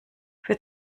für